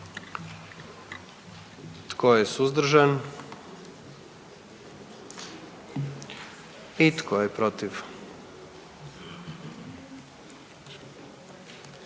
Tko je suzdržan? I tko je protiv?